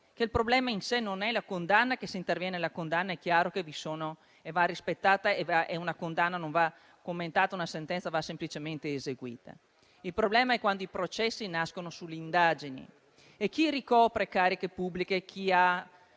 Il problema in sé non è la condanna: se interviene la condanna, è chiaro che va rispettata; una condanna non va commentata e una sentenza va semplicemente eseguita. Il problema è quando i processi nascono sulle indagini e chi ricopre cariche pubbliche, chi ha